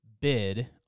bid